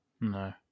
No